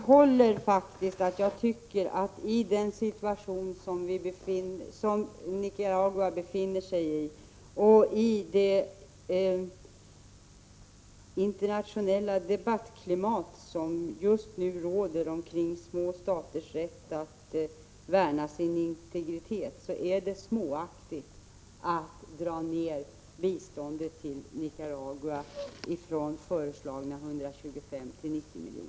Herr talman! I den situation som Nicaragua befinner sig i och i det internationella debattklimat som just nu råder omkring små staters rätt att värna sin integritet vidhåller jag faktiskt att jag tycker det är småaktigt att dra ned biståndet till Nicaragua från föreslagna 125 till 90 milj.kr.